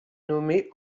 nommée